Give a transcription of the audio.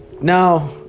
now